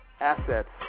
assets